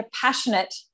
passionate